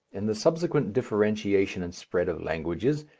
in the subsequent differentiation and spread of languages,